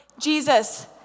Jesus